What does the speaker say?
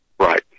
right